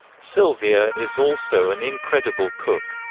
sylvia is also an incredible cook.